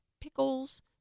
pickles